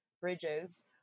bridges